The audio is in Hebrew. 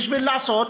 בשביל לעשות,